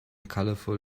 colorful